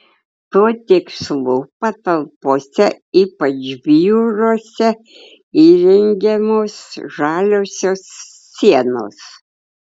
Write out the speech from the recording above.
tuo tikslu patalpose ypač biuruose įrengiamos žaliosios sienos